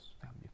family